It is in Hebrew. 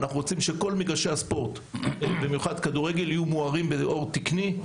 אנחנו רוצים שכל מגרשי הספורט ובמיוחד כדורגל יהיו מוארים באור תקני.